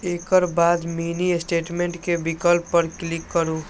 एकर बाद mini statement के विकल्प पर क्लिक करू